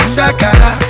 Shakara